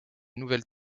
nouvelles